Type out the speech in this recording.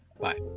Bye